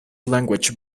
language